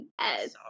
yes